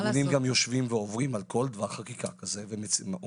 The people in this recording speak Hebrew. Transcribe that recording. כשזה משית על המעסיקים הוצאות,